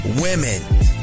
women